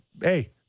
hey